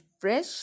fresh